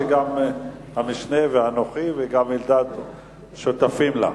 שגם המשנה ואנוכי וגם אלדד שותפים לה,